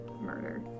murder